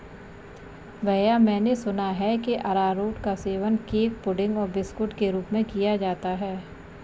भैया मैंने सुना है कि अरारोट का सेवन केक पुडिंग और बिस्कुट के रूप में किया जाता है